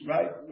Right